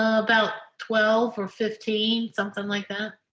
ah about twelve or fifteen something like that.